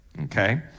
okay